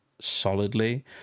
solidly